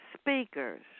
speakers